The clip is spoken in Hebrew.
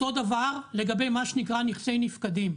אותו דבר לגבי מה שנקרא נכסי נפקדים,